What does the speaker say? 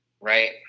Right